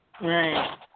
Right